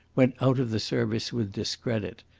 went out of the service with discredit,